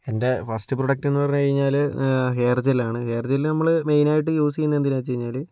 എൻ്റെ ഫസ്റ്റ് പ്രോഡക്റ്റെന്നു പറഞ്ഞുകഴിഞ്ഞാൽ ഹെയർ ജെല്ലാണ് ഹെയർ ജെല്ല് നമ്മൾ മെയിനായിട്ട് യൂസ് ചെയ്യുന്നതെന്തിനാണെന്നു വെച്ചു കഴിഞ്ഞാൽ